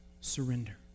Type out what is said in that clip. Surrender